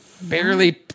Barely